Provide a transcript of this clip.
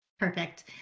Perfect